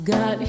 God